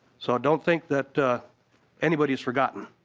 so don't think that anybody is forgottenbecause